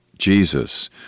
Jesus